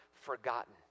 forgotten